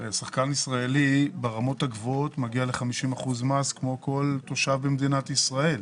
שחקן ישראלי ברמות הגבוהות מגיע ל-50% מס כמו כל תושב במדינת ישראל.